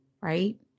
Right